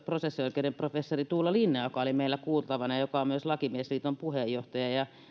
prosessioikeuden professori tuula linna joka oli meillä kuultavana ja joka on myös lakimiesliiton puheenjohtaja